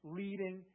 leading